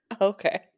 Okay